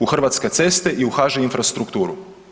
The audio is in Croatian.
U Hrvatske ceste i u HŽ infrastrukturu.